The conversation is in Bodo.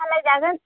सालायजागोन